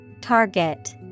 Target